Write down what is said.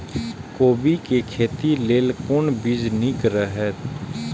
कोबी के खेती लेल कोन बीज निक रहैत?